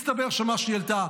מסתבר שמה שהיא העלתה